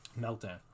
meltdown